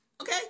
Okay